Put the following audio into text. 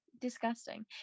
Disgusting